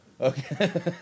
Okay